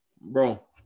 Bro